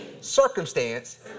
Circumstance